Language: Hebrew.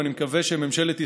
ואני מקווה שממשלת ישראל,